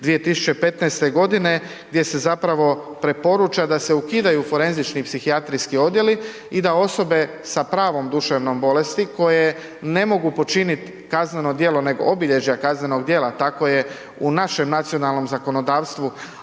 2015.g. gdje se zapravo preporuča da se ukidaju forenzični psihijatrijski odjeli i da osobe sa pravom duševnom bolesti koje ne mogu počinit kazneno djelo, nego obilježja kaznenog djela. Tako je u našem nacionalnom zakonodavstvu,